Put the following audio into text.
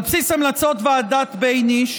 על בסיס המלצות ועדת ביניש,